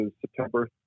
September